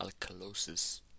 alkalosis